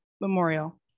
memorial